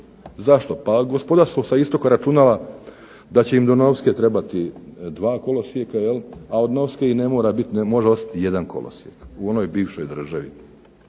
Zašto? Pa gospoda sa istoka računa da će im do Novske trebati dva kolosijeka, a od Novske i ne mora biti, može ostati jedan kolosijek u onoj bivšoj državi.